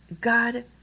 God